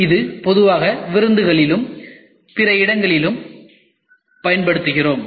இது பொதுவாக விருந்துகளிலும் பிற இடங்களிலும் பயன்படுத்துகிறோம்